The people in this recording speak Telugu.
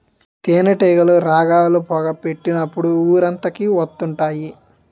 తేనేటీగలు రాగాలు, పొగ పెట్టినప్పుడు ఊరంతకి వత్తుంటాయి